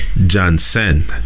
Johnson